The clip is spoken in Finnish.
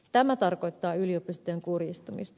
tämä tarkoittaa yliopistojen kurjistumista